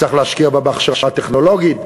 צריך להשקיע בה בהכשרה טכנולוגית,